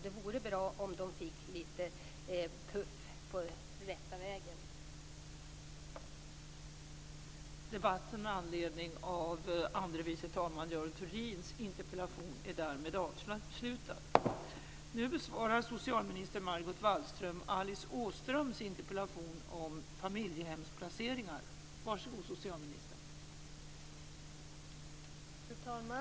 Det vore bra om man fick en puff på rätta vägen så att säga.